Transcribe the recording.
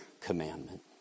commandment